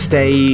Stay